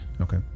Okay